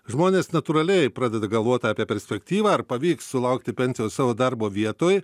žmonės natūraliai pradeda galvot apie perspektyvą ar pavyks sulaukti pensijos savo darbo vietoj